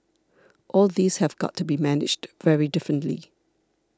all these have got to be managed very differently